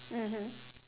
mmhmm